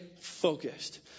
focused